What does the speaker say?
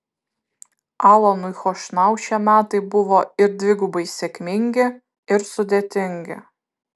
alanui chošnau šie metai buvo ir dvigubai sėkmingi ir sudėtingi